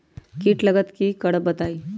कीट लगत त क करब बताई?